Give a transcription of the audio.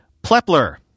Plepler